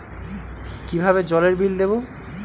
কিভাবে জলের বিল দেবো?